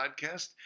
podcast